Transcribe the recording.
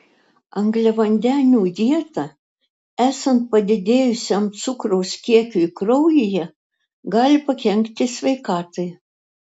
angliavandenių dieta esant padidėjusiam cukraus kiekiui kraujyje gali pakenkti sveikatai